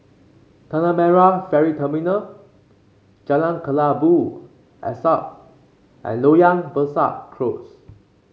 Tanah Merah Ferry Terminal Jalan Kelabu Asap and Loyang Besar Close